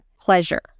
pleasure